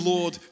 Lord